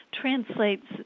translates